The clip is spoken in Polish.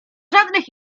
żadnych